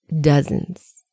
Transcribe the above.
dozens